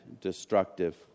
destructive